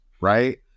right